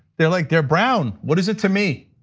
they're like they're brown. what is it to me?